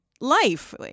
life